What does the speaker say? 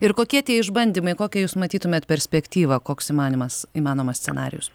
ir kokie tie išbandymai kokią jūs matytumėte perspektyvą koks sumanymas įmanomas scenarijus